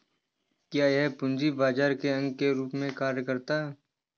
क्या यह पूंजी बाजार के अंग के रूप में कार्य करता है?